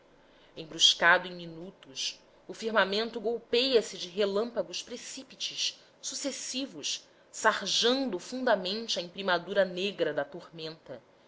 embruscado em minutos o firmamento golpeia se de relâmpagos precípites sucessivos sarjando fundamente a imprimadura negra da tormenta